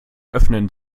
öffnen